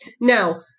now